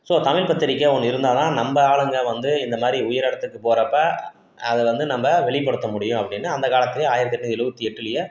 so Tamil பத்திரிக்கை ஒன்று இருந்தால் தான் நம்ப ஆளுங்கள் வந்து இந்த மாதிரி உயர் இடத்துக்கு போகிறப்ப அது வந்து நம்ப வெளிப்படுத்த முடியும் அப்படின்னு அந்த காலத்திலயே ஆயிரத்தி எட்டு எழுபத்தி எட்டுலையே